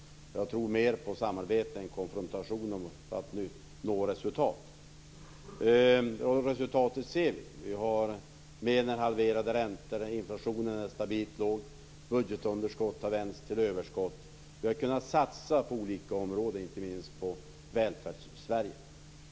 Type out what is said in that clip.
Jag tror mer på samarbete än konfrontation för att nå resultat. Vi ser också resultatet. Vi har mer än halverade räntor, inflationen är stabilt låg och budgetunderskottet har vänts till överskott. Vi har kunnat satsa på olika områden - inte minst på Välfärdssverige.